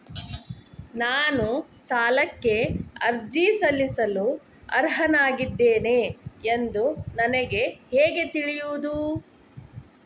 ನಾನು ಸಾಲಕ್ಕೆ ಅರ್ಜಿ ಸಲ್ಲಿಸಲು ಅರ್ಹನಾಗಿದ್ದೇನೆ ಎಂದು ನನಗೆ ಹೇಗೆ ತಿಳಿಯುವುದು?